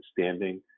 standing